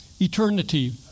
Eternity